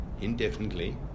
indefinitely